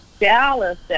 Dallas